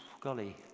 golly